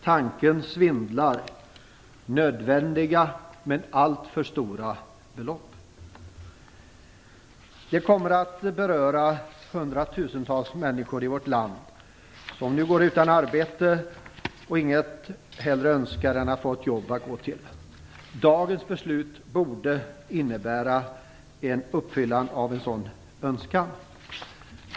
Tanken svindlar. Det är nödvändiga men alltför stora belopp. Detta betänkande kommer att beröra de hundratusentals människor i vårt land som nu går utan arbete och inget hellre önskar än att få ett jobb att gå till. Dagens beslut borde innebära en uppfyllan av en sådan önskan.